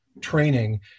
training